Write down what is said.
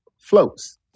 floats